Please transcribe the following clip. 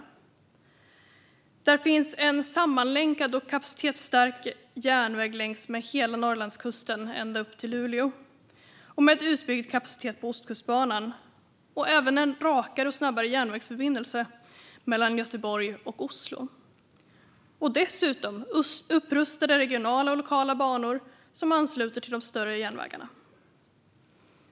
Det ska vidare finnas en sammanlänkad och kapacitetsstark järnväg längs med hela Norrlandskusten ända upp till Luleå. Det ska också finnas utbyggd kapacitet på Ostkustbanan liksom en rakare och snabbare järnvägsförbindelse mellan Göteborg och Oslo. Dessutom ska det finnas upprustade regionala och lokala banor som ansluter till de större järnvägarna.